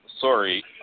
Sorry